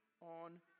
on